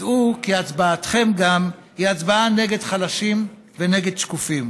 דעו כי הצבעתכם גם היא הצבעה נגד חלשים ונגד שקופים;